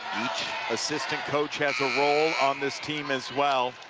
each assistant coach has a role on this team as well.